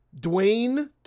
Dwayne